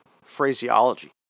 phraseology